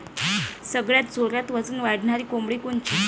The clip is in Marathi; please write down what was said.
सगळ्यात जोरात वजन वाढणारी कोंबडी कोनची?